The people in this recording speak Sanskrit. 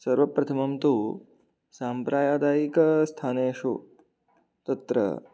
सर्वप्रथमं तु साम्प्रदायिकस्थानेषु तत्र